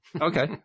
Okay